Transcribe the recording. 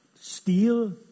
Steal